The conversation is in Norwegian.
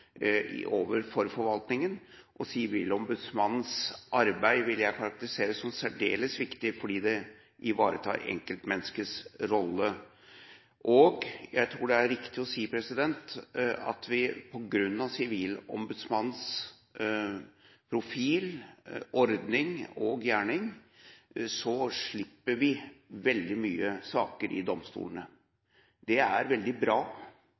overfor forvaltningen. Sivilombudsmannens arbeid vil jeg karakterisere som særdeles viktig fordi det ivaretar enkeltmenneskets rolle. Jeg tror det er riktig å si at på grunn av Sivilombudsmannens profil, ordning og gjerning slipper vi veldig mange saker i domstolene. Det er veldig bra